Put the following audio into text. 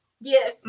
Yes